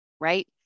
right